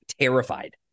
Terrified